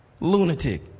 lunatic